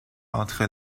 entre